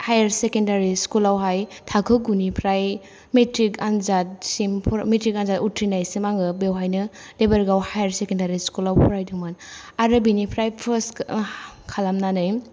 higher secondary स्कुलावहाय थाखो गुनिफ्राय मेट्रिक आनजादसिम मेट्रिक आनजाद उथ्रिनायसिम आङो बेयावहायनो देबरगाव हायर सेकेण्डारि स्कुलाव फरायदोंमोन आरो बिनिफ्राय पास खालामनानै